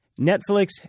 Netflix